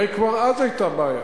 הרי כבר אז היתה בעיה.